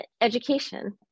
education